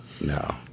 no